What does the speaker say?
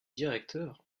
directeur